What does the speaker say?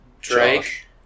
Drake